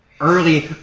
Early